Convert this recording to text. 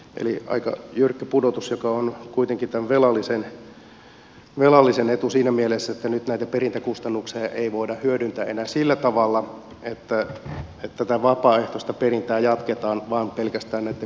eli aika jyrkkä pudotus joka on kuitenkin tämän velallisen etu siinä mielessä että nyt näitä perintäkustannuksia ei voida hyödyntää enää sillä tavalla että tätä vapaaehtoista perintää jatketaan vain pelkästään näitten perintäkulujen takia